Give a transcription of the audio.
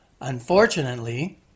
Unfortunately